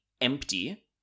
empty